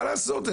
מה לעשות?